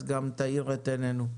אז גם תאיר את עינינו.